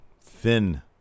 thin